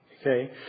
Okay